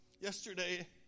Yesterday